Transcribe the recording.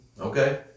okay